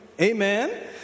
Amen